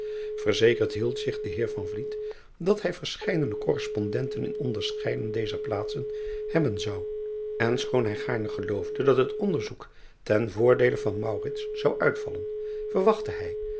erzekerd hield zich de eer dat hij verscheidene korrespondenten in onderscheiden dezer plaatsen hebben zou en schoon hij gaarne geloofde dat het onderzoek ten voordeele van zou uitvallen verwachtte hij